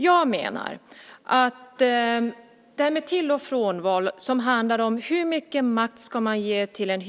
Jag menar att detta med till och frånval, som handlar om vilken makt man ska ge till